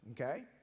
okay